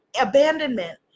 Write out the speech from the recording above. abandonment